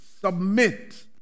submit